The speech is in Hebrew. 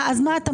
מה אתה מציע?